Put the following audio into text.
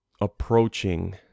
approaching